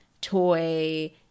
toy